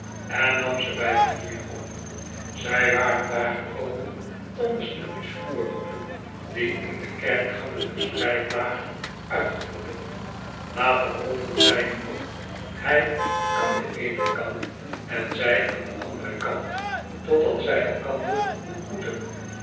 en nam ze bij vernieuwing op zij waren daar gekomen om de stukjes vloermatten die in de kerkgangen verspreid lagen uit te kloppen later rolden zij die op hij aan den eenen kant en zij aan den anderen kant totdat zij elkander ontmoetten